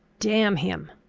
damn him!